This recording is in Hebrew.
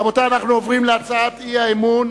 רבותי, אנחנו עוברים להצעת האי-אמון